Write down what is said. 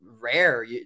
rare